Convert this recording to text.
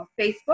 Facebook